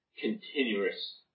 continuous